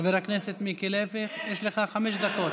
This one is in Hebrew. חבר הכנסת מיקי לוי, יש לך חמש דקות.